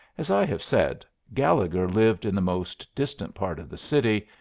as i have said, gallegher lived in the most distant part of the city,